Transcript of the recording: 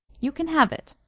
you can have it.